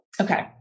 Okay